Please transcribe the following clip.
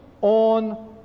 on